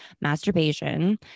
masturbation